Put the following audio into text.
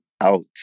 out